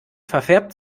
verfärbt